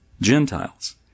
Gentiles